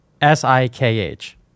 S-I-K-H